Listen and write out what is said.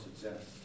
success